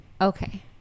Okay